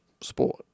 sport